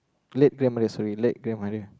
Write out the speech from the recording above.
late grandmother sorry late grandmother